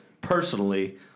personally